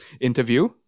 interview